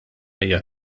hija